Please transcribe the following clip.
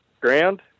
ground